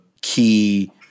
key